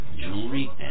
jewelry